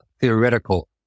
theoretical